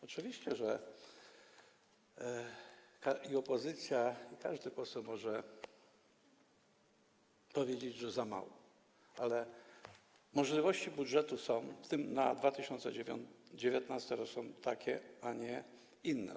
Oczywiście, że i opozycja, i każdy poseł mogą powiedzieć, że za mało, ale możliwości budżetu - w tym te na 2019 r. - są takie, a nie inne.